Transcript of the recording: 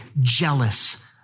jealous